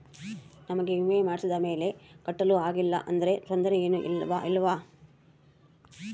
ನಮಗೆ ವಿಮೆ ಮಾಡಿಸಿದ ಮೇಲೆ ಕಟ್ಟಲು ಆಗಿಲ್ಲ ಆದರೆ ತೊಂದರೆ ಏನು ಇಲ್ಲವಾ?